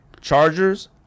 Chargers